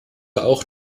auch